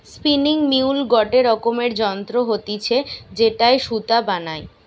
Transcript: spinning mule গটে রকমের যন্ত্র হতিছে যেটায় সুতা বানায়